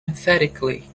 emphatically